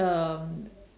um